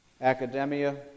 academia